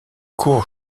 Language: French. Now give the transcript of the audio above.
cour